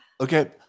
Okay